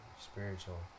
spiritual